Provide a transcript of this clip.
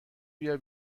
بیا